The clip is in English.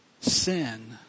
sin